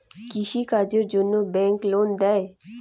কৃষি কাজের জন্যে ব্যাংক লোন দেয়?